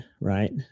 right